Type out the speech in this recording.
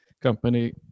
company